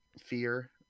fear